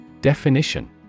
Definition